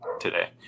today